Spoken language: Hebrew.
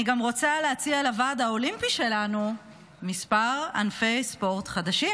אני גם רוצה להציע לוועד האולימפי שלנו מספר ענפי ספורט חדשים,